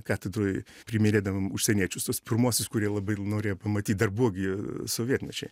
katedroj priiminėdavom užsieniečius tuos pirmuosius kurie labai norėjo pamatyt dar buvo gi sovietmečiai